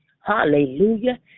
Hallelujah